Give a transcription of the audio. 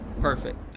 Perfect